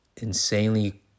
Insanely